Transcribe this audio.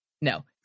No